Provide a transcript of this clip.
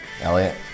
Elliot